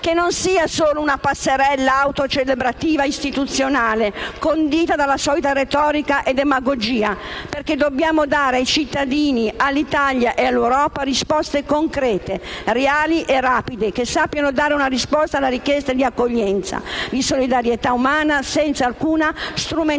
che non sia solo una passerella autocelebrativa istituzionale, condita dalla solita retorica e demagogia, perché dobbiamo dare ai cittadini, all'Italia e all'Europa risposte concrete, reali e rapide, che sappiano dare una risposta alla richiesta di accoglienza, di solidarietà umana, senza alcuna strumentalizzazione.